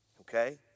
Okay